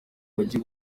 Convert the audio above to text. mujyi